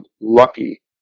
lucky